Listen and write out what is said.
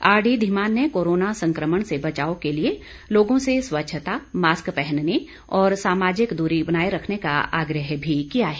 are D Dhiman ने corona संकमण से बचाव के लिए लोगों से स्वच्छता मास्क पहनने और सामाजिक दूरी बनाए रखने का आग्रह भी किया है